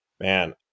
Man